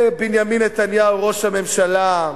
בנימין נתניהו, ראש הממשלה,